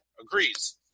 agrees